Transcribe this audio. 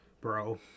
bro